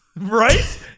Right